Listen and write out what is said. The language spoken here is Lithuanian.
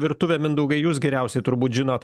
virtuvę mindaugai jūs geriausiai turbūt žinot